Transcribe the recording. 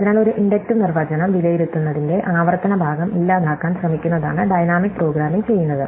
അതിനാൽ ഒരു ഇൻഡക്റ്റീവ് നിർവചനം വിലയിരുത്തുന്നതിന്റെ ആവർത്തന ഭാഗം ഇല്ലാതാക്കാൻ ശ്രമിക്കുന്നതാണ് ഡൈനാമിക് പ്രോഗ്രാമിംഗ് ചെയ്യുന്നത്